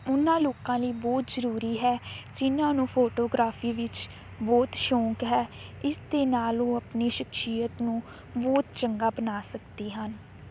ਉਨਾਂ ਲੋਕਾਂ ਲਈ ਬਹੁਤ ਜ਼ਰੂਰੀ ਹੈ ਜਿਹਨਾਂ ਨੂੰ ਫੋਟੋਗ੍ਰਾਫੀ ਵਿੱਚ ਬਹੁਤ ਸ਼ੌਂਕ ਹੈ ਇਸ ਦੇ ਨਾਲ ਉਹ ਆਪਣੀ ਸ਼ਖਸੀਅਤ ਨੂੰ ਬਹੁਤ ਚੰਗਾ ਬਣਾ ਸਕਦੇ ਹਨ